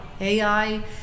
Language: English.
AI